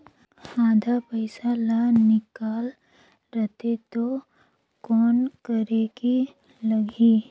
आधा पइसा ला निकाल रतें तो कौन करेके लगही?